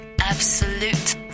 Absolute